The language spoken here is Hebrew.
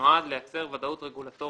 אבל יש לי שני נושאים שאני מבקש לדון בהם.